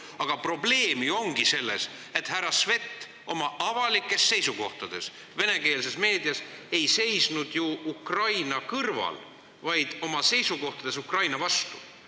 probleem ongi selles, et härra Svet oma avalikes seisukohtades venekeelses meedias ei seisnud ju Ukraina kõrval, vaid seisis oma seisukohtadega Ukraina vastu.